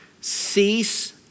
cease